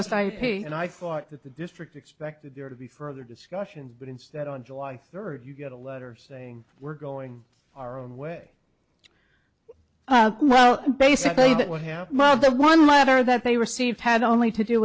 me and i thought that the district expected there to be further discussions but instead on july third you got a letter saying we're going our own way well basically that would have but the one letter that they received had only to do